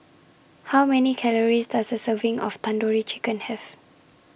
How Many Calories Does A Serving of Tandoori Chicken Have